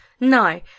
No